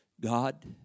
God